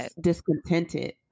discontented